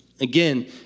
again